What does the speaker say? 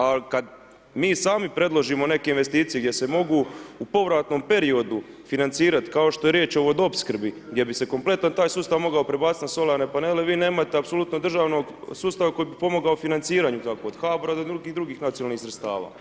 Ali kad mi sami predložimo neke investicije gdje se mogu u povratnom periodu financirati kao što je riječ o vodopskrbi gdje bi se kompletan taj sustav mogao prebaciti na solarne panele, vi nemate apsolutno državnog sustava koji bi pomogao financiranju od HBOR-a do drugih nacionalnih sredstava.